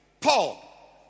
Paul